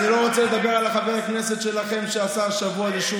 על חבר הכנסת שלכם שעשה השבוע, תתבייש.